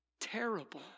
terrible